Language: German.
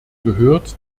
gehört